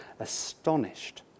astonished